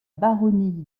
baronnie